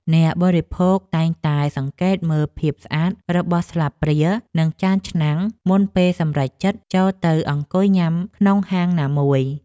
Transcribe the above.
អ្នកបរិភោគតែងតែសង្កេតមើលភាពស្អាតរបស់ស្លាបព្រានិងចានឆ្នាំង មុនពេលសម្រេចចិត្តចូលទៅអង្គុយញ៉ាំក្នុងហាងណាមួយ។